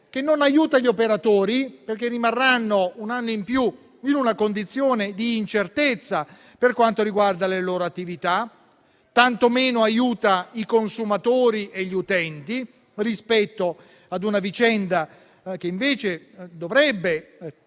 che non aiuta gli operatori, perché rimarranno un anno in più in una condizione di incertezza per quanto riguarda le loro attività, e tanto meno aiuta i consumatori e gli utenti rispetto ad una vicenda che invece ha le